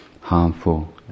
harmful